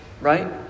right